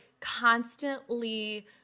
constantly